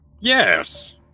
Yes